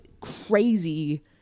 crazy